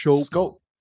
scope